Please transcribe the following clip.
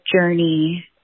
journey